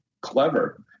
clever